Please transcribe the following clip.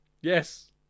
Yes